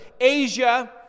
Asia